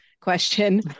question